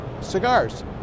cigars